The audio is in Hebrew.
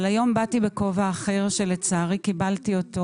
אבל היום באתי בכובע אחר שלצערי קיבלתי אותו,